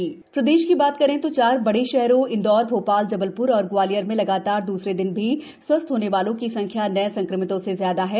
प्रदेश corona प्रदेश की बात करें तो चार बड़े शहरों इंदौर भो ाल जबल र और ग्वालियर में लगातार दूसरे दिन भी स्वस्थ होने वालों की संख्या नए संक्रमितों से ज्यादा है